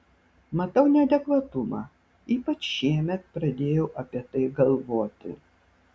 matau neadekvatumą ypač šiemet pradėjau apie tai galvoti